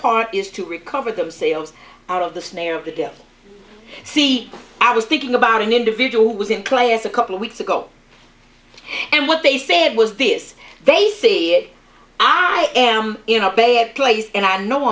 part is to recover themselves out of the snare of the deal see i was thinking about an individual who was in class a couple of weeks ago and what they said was this they see how i am in a bad place and i know